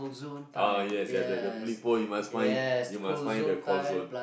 ah yes at the the flip phone you must find you must find the core zone